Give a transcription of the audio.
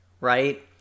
right